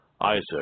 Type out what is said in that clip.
Isaac